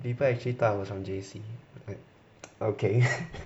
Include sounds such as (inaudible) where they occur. people actually thought I was from J_C (noise) okay (laughs)